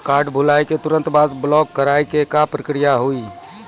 Card भुलाए के तुरंत बाद ब्लॉक करवाए के का प्रक्रिया हुई?